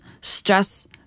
stress